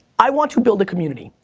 i want to build a comminity.